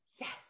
yes